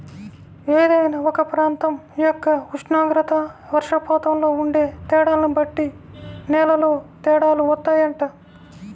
ఏదైనా ఒక ప్రాంతం యొక్క ఉష్ణోగ్రత, వర్షపాతంలో ఉండే తేడాల్ని బట్టి నేలల్లో తేడాలు వత్తాయంట